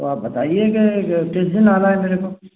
तो आप बताइए कि किस दिन आना है मेरे को